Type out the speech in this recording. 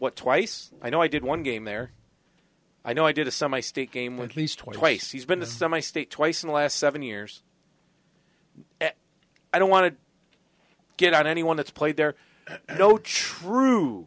what twice i know i did one game there i know i did a some my state game with least twice he's been a semi state twice in the last seven years i don't want to get on anyone that's played there no true